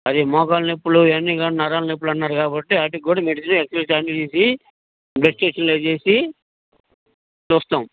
అది మోకాల్లొప్పులు అని నరాలు నొప్పులు అన్నారు కాబట్టి వాటికి కూడా మెడిసిన్ ఎక్సరేస్ అన్ని చేసి బ్లడ్ టెస్టులు అన్ని చేసి చూస్తాం